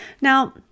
now